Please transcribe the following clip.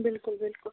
بِلکُل بِلکُل